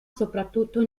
soprattutto